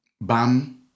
Bam